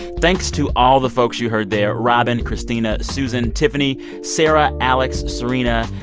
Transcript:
thanks to all the folks you heard there robin, christina, susan, tiffany, sara, alex, serena,